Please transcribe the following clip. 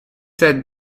said